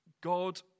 God